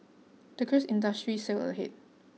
the cruise industry sailed ahead